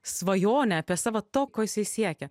svajonę apie savo to ko jisai siekia